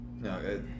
No